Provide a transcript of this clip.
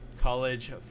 college